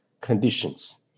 conditions